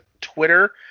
Twitter